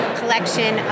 collection